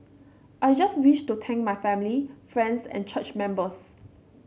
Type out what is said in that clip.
I just wish to thank my family friends and church members